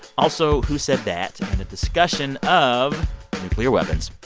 also, who said that and a discussion of nuclear weapons.